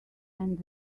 and